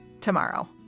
tomorrow